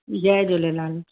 Jay Jhulelal